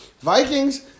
Vikings